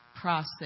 process